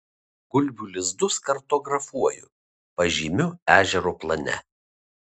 gulbių lizdus kartografuoju pažymiu ežero plane